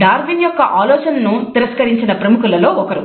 Darwin యొక్క ఆలోచనను తిరస్కరించిన ప్రముఖులలో ఒకరు